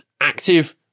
active